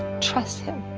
trust him.